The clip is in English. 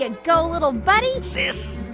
ah go, little buddy this